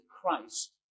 Christ